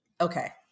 okay